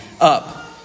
up